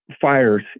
fires